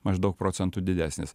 maždaug procentu didesnis